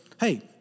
hey